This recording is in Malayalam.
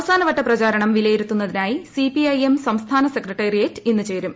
അവസാന വട്ട പ്രചാരണം വിലയിരുത്തുന്നതിനായി സിപിഐ എം സംസ്ഥാന സെക്രട്ടറിയ്ക്ക് ഇന്ന് ചേരും